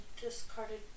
discarded